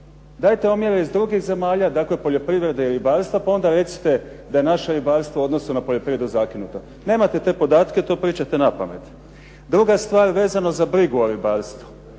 Dajte omjer iz drugih zemalja, dakle poljoprivrede i ribarstva pa onda recite da je naše ribarstvo u odnosu na poljoprivredu zakinuto. Nemate tu podatke tu pričate na pamet. Druga stvar vezano za brigu o ribarstvu.